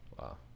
Wow